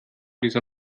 dieser